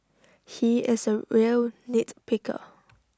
he is A real nitpicker